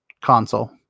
console